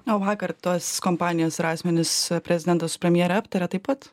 o vakar tos kompanijos ir asmenis prezidentas premjere aptarė taip pat